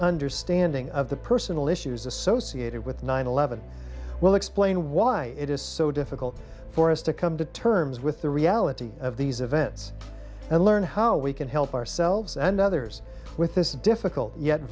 understanding of the personal issues associated with nine eleven well explain why it is so difficult for us to come to terms with the reality of these events and learn how we can help ourselves and others with this difficult yet